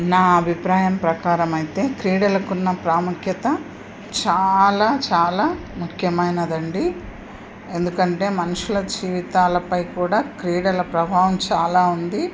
నా అభిప్రాయం ప్రకారం అయితే క్రీడలకు ఉన్న ప్రాముఖ్యత చాలా చాలా ముఖ్యమైనది అండి ఎందుకంటే మనుషుల జీవితాల పై కూడా క్రీడల ప్రభావం చాలా ఉంది